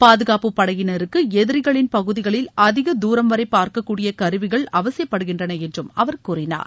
பாதுகாப்பு படையினருக்கு எதிரிகளின் பகுதிகளில் அதிக தூரம்வரை பார்க்கக்கூடிய கருவிகள் அவசியப்படுகின்றன என்று அவர் கூறினார்